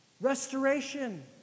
Restoration